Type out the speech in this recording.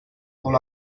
all